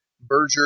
Berger